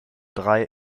drei